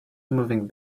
moving